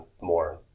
more